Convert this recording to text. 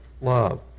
love